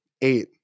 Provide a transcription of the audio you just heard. eight